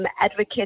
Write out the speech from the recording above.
advocate